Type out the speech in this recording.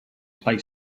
play